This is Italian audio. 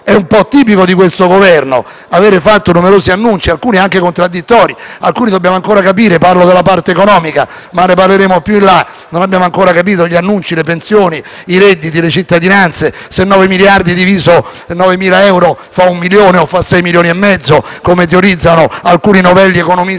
che è tipico di questo Governo: avete fatto numerosi annunci, alcuni anche contraddittori e alcuni che dobbiamo ancora capire - parlo della parte economica - ma ne parleremo più in là perché non abbiamo ancora compreso gli annunci sulle pensioni, i redditi, le cittadinanze, se 9 miliardi diviso 9.000 euro fa un milione o fa 6 milioni e mezzo, come teorizzano alcuni novelli economisti